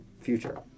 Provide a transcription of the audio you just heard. future